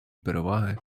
переваги